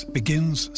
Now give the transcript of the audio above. begins